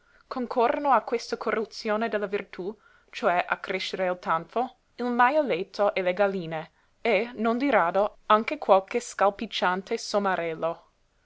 concorrono a questa corruzione della virtú cioè a crescere il tanfo il majaletto e le galline e non di rado anche qualche scalpicciante somarello